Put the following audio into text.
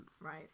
Right